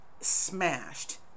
smashed